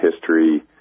history